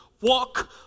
walk